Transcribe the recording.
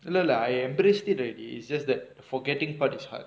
you know lah I embrace it already it's just that forgetting part is hard